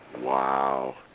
Wow